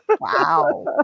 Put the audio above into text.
Wow